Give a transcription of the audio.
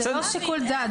זה לא שיקול דעת.